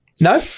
no